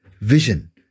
vision